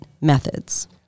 methods